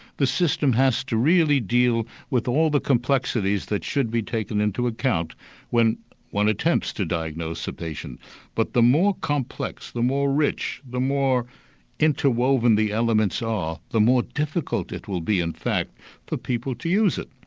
the system has to really deal with all the complexities that should be taken into account when one attempts to diagnose. but the more complex, the more rich, the more interwoven the elements are, the more difficult it will be in fact for people to use it.